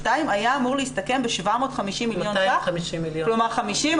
היה אמור להסתכם ב-750 מיליון ₪?כלומר 50,